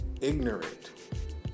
Ignorant